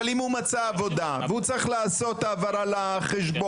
אבל אם הוא מצא עבודה והוא צריך לעשות העברה לחשבון.